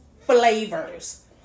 flavors